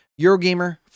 Eurogamer